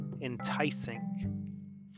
enticing